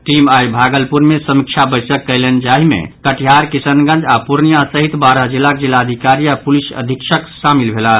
team आई भागलपुर मे समीक्षा बैसक कयलनि जाहि मे कटिहार किशनगंज आओर पूर्णियां सहित बारह जिलाक जिलाधिकारी आ पुलिस अधीक्षक शामिल भेलाह